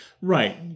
Right